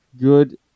good